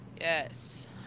yes